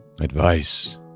Advice